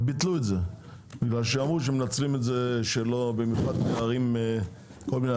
וביטלו את זה כי אמרו שמנצלים את זה במיוחד בערים קטנות,